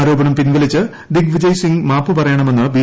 ആരോപണം പിൻവലിച്ച് ദിഗ് വിജയ്സിംഗ് മാപ്പുപറയണമെന്ന് ബി